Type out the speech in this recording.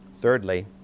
Thirdly